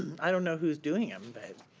i don't know who's doing them,